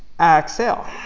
exhale